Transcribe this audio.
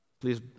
please